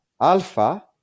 Alpha